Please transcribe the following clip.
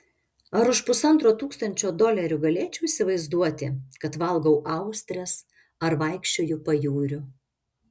ar už pusantro tūkstančio dolerių galėčiau įsivaizduoti kad valgau austres ar vaikščioju pajūriu